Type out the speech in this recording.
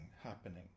happening